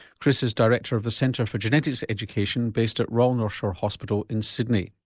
kris is director of the centre for genetics education based at royal north shore hospital in sydney.